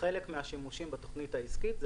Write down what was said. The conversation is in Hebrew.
שחלק מהשימושים בתוכנית העסקית זה